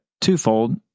twofold